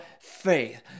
faith